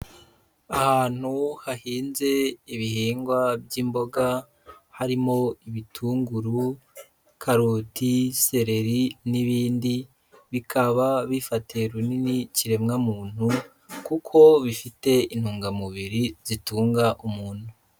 Ahantu hahinze ibihingwa by'imboga, harimo ibitunguru, karoti, seleri n'ibindi, bikaba bifatiye runini ikiremwamuntu, kuko bifite intungamubiri zitunga umuntu.